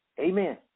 Amen